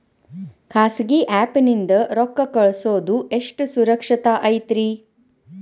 ಖಾಸಗಿ ಆ್ಯಪ್ ನಿಂದ ರೊಕ್ಕ ಕಳ್ಸೋದು ಎಷ್ಟ ಸುರಕ್ಷತಾ ಐತ್ರಿ?